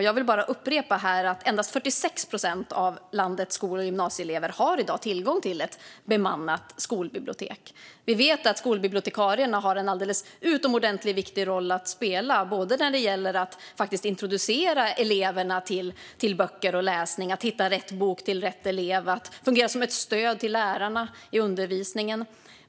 Jag vill bara upprepa här att endast 46 procent av landets skol och gymnasieelever i dag har tillgång till ett bemannat skolbibliotek. Vi vet att skolbibliotekarierna har en alldeles utomordentligt viktig roll att spela när det gäller att introducera eleverna till böcker och läsning, att hitta rätt bok till rätt elev och att fungera som ett stöd till lärarna i undervisningen.